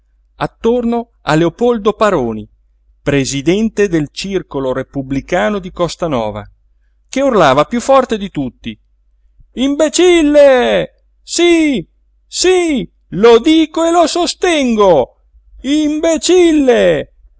attorno a leopoldo paroni presidente del circolo repubblicano di costanova che urlava piú forte di tutti imbecille sí sí lo dico e lo sostengo imbecille